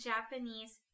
Japanese